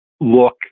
look